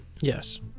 Yes